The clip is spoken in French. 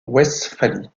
westphalie